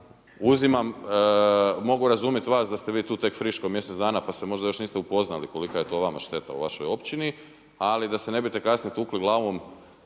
Ja mogu razumjeti vas da ste vi tu tek friško mjesec dana pa se možda niste još upoznali kolika je to vama šteta u vašoj općini, ali da se ne bi kasnije tukli glavom